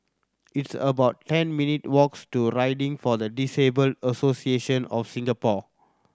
it's about ten minute walks' to Riding for the Disabled Association of Singapore